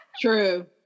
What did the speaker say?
true